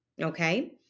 okay